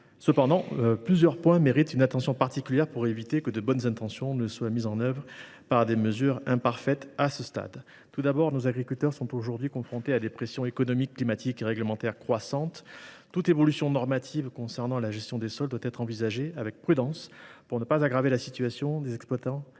Cependant, plusieurs points méritent une attention particulière pour éviter que de bonnes intentions ne soient perverties par des mesures imparfaites à ce stade. Nos agriculteurs sont aujourd’hui confrontés à des pressions économiques, climatiques et réglementaires croissantes. Toute évolution normative concernant la gestion des sols doit être envisagée avec prudence pour ne pas aggraver la situation des exploitants